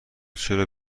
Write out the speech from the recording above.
چرا